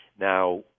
Now